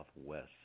Southwest